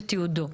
ותיעודו.